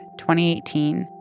2018